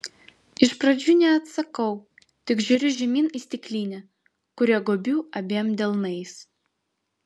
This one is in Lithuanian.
iš pradžių neatsakau tik žiūriu žemyn į stiklinę kurią gobiu abiem delnais